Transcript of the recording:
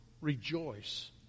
rejoice